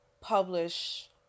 publish